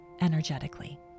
energetically